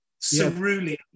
Cerulean